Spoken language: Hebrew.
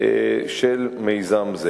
של מיזם זה.